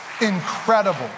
incredible